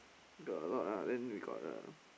got alot lah then we got the